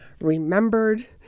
remembered